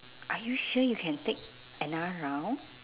are you sure you can take another round